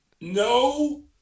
No